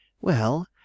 Well